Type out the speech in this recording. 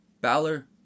Balor